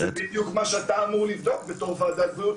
אבל זה בדיוק מה שאתה אמור לבדוק בתור ועדת בריאות.